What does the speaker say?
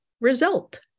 result